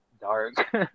dark